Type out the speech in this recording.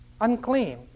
unclean